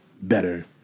better